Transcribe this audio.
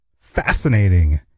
fascinating